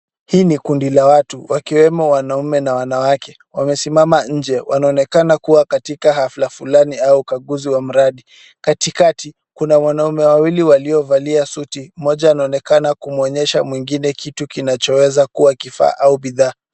Hii ni kundi la watu, wakiwemo wanaume na wanawake, wamesimama nje wanaonekana kuwa katika hafla fulani au ukaguzi wa mradi, katikati kuna mwanaume wawili waliovalia suti moja anaonekana kumwonyesha mwingine kitu kinachoweza kuwa kifaa au bidhaa.